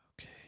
Okay